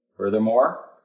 Furthermore